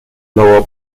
blauer